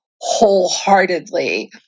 wholeheartedly